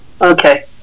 Okay